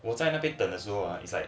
我在那边等的时候 is like